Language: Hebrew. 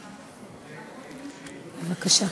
בבקשה.